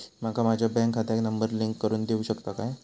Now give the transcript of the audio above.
माका माझ्या बँक खात्याक नंबर लिंक करून देऊ शकता काय?